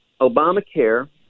Obamacare